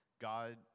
God